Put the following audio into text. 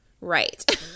Right